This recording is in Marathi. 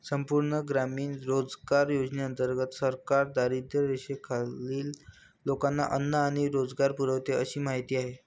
संपूर्ण ग्रामीण रोजगार योजनेंतर्गत सरकार दारिद्र्यरेषेखालील लोकांना अन्न आणि रोजगार पुरवते अशी माहिती आहे